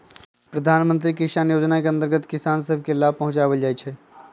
प्रधानमंत्री किसान जोजना के अंतर्गत किसान सभ के लाभ पहुंचाएल जाइ छइ